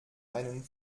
einen